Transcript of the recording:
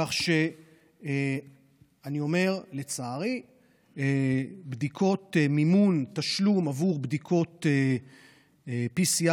כך שאני אומר שלצערי מימון תשלום עבור בדיקות PCR,